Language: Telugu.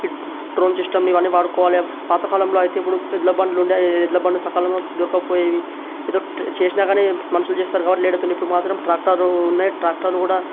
ఈ డ్రోన్ సిస్టమ్ని ఇవన్నీ వాడుకోవాలి పాతకాలంలో అయితే ఇప్పుడు ఎడ్ల బండులుండే ఎడ్లబండులు సకాలంలో దొరకకపోయేవి ఏదో చేసిన గానీ మనుషులు చేస్తారు కాబట్టి లేట్ అవుతుంది ఇప్పుడు మాత్రం ట్రాక్టర్లు ఉన్నాయి ట్రాక్టర్లు కూడా